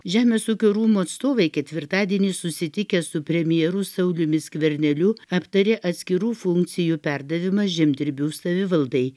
žemės ūkio rūmų atstovai ketvirtadienį susitikęs su premjeru sauliumi skverneliu aptarė atskirų funkcijų perdavimą žemdirbių savivaldai